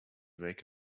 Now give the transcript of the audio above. make